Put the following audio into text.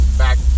back